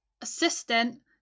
assistant